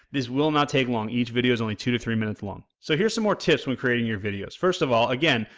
his will not take long, each video's only two to three minutes long. so, here's some more tips when creating your videos. first of all, again,